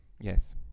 Yes